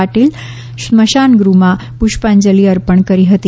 પાટિલ સ્મશાન ગૃહમાં પુષ્પાંજલિ અર્પણ કરી હતી